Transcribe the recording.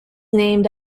named